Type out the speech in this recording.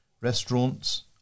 restaurants